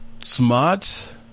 smart